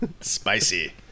Spicy